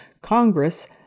Congress—